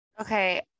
Okay